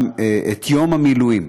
גם את יום המילואים.